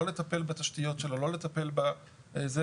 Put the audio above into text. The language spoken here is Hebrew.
לא לטפל בתשתיות שלו, לא לטפל בזה.